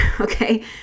Okay